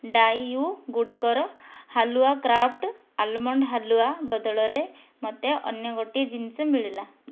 ଡାଇଉଗୁଡ଼ିକର halwa craft almond halwa ବଦଳରେ ମୋତେ ଅନ୍ୟ ଗୋଟିଏ ଜିନିଷ ମିଳିଲା